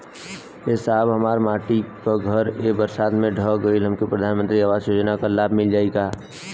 ए साहब हमार माटी क घर ए बरसात मे ढह गईल हमके प्रधानमंत्री आवास योजना क लाभ मिल जाई का?